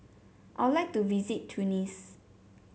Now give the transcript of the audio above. I would like to visit Tunis